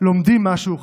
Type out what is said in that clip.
לומדים משהו חדש.